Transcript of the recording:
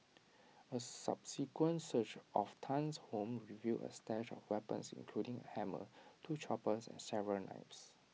A subsequent search of Tan's home revealed A stash of weapons including A hammer two choppers and several knives